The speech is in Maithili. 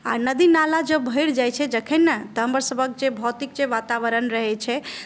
आ नदी नाला जब भरि जाइत छै जखन ने तऽ हमरसभक जे भौतिक वातावरण जे रहैत छै